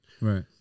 right